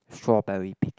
strawberry picking